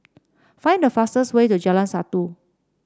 find the fastest way to Jalan Satu